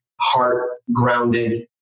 heart-grounded